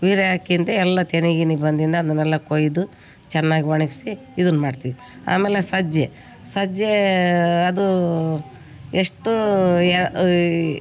urea ಹಾಕಿಂದೆ ಎಲ್ಲ ತೆನೆ ಗಿನೆ ಬಂದಿನ್ನ ಅದನ್ನೆಲ್ಲ ಕೊಯ್ದು ಚೆನ್ನಾಗ್ ಒಣಗಿಸಿ ಇದುನ್ನ ಮಾಡ್ತೀವಿ ಆಮೇಲೆ ಸಜ್ಜೆ ಸಜ್ಜೇ ಅದೂ ಎಷ್ಟೂ ಯಾ